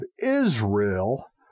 Israel